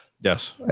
yes